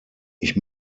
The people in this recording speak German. ich